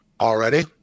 already